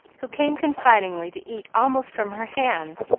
who came confidingly to eat almost from her hand.